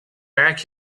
back